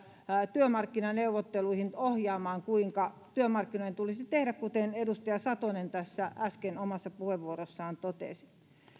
työmarkkinaneuvotteluihin ohjaamaan kuinka työmarkkinoiden tulisi tehdä kuten edustaja satonen tässä äsken omassa puheenvuorossaan totesi